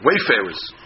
wayfarers